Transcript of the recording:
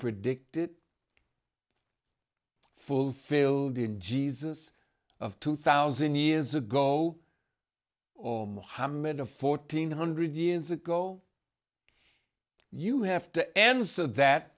predicted fulfilled in jesus of two thousand years ago or mohammed or fourteen hundred years ago you have to answer that